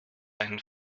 einen